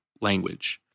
language